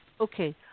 okay